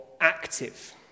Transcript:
active